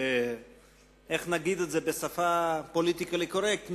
איך נגיד את זה פוליטיקלי קורקט,